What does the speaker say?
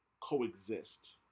coexist